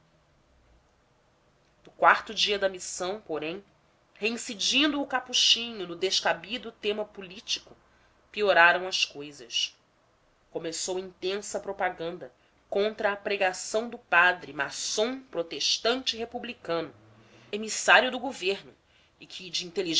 no quarto dia da missão porém reincidindo o capuchinho no descabido tema político pioraram as cousas começou intensa propaganda contra a pregação do padre maçom protestante e republicano emissário do governo e que de